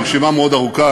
הרשימה מאוד ארוכה,